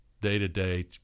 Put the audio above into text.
day-to-day